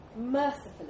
mercifully